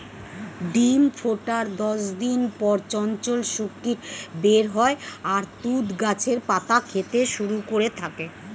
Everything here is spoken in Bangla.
ডিম ফোটার দশ দিন পর চঞ্চল শূককীট বের হয় আর তুঁত গাছের পাতা খেতে শুরু করে থাকে